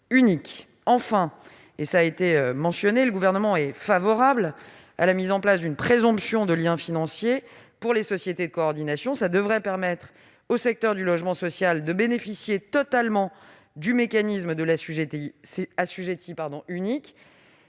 unique. Enfin, le Gouvernement est favorable à la mise en place d'une présomption de lien financier pour les sociétés de coordination, ce qui devrait permettre au secteur du logement social de bénéficier totalement du mécanisme de l'assujetti unique.